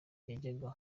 yajyaga